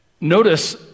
Notice